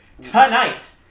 Tonight